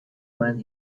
when